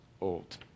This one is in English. old